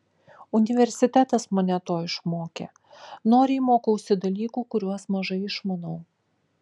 universitetas mane to išmokė noriai mokausi dalykų kuriuos mažai išmanau